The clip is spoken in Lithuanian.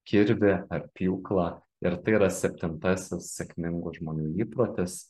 kirvį ar pjūklą ir tai yra septintasis sėkmingų žmonių įprotis